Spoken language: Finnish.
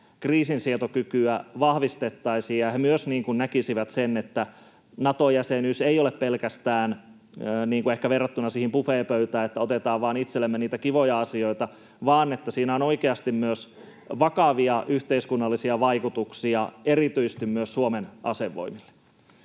kriisinsietokykyä vahvistettaisiin ja he näkisivät myös sen, että Nato-jäsenyys ei ole pelkästään verrattavissa siihen buffetpöytään, että otetaan vain itsellemme niitä kivoja asioita vaan siinä on oikeasti myös vakavia yhteiskunnallisia vaikutuksia, erityisesti Suomen asevoimille.